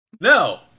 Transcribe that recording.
No